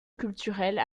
culturelle